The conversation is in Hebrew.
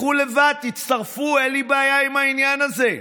לכו לבד, תצטרפו, אין לי בעיה עם העניין הזה.